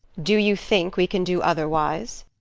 do you think we can do otherwise?